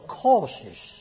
causes